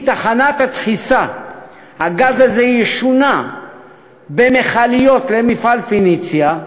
מתחנת הדחיסה הגז הזה ישונע במכליות למפעל "פניציה",